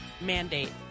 mandate